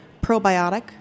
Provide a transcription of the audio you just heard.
probiotic